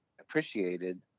appreciated